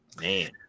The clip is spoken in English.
Man